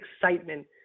excitement